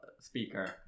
speaker